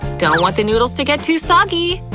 don't want the noodles to get too soggy.